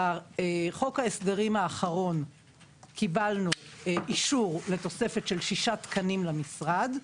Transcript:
בחוק ההסדרים האחרון קיבלנו אישור לתוספת של שישה תקנים למשרד.